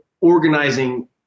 organizing